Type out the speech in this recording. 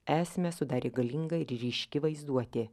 esmę sudarė galinga ir ryški vaizduotė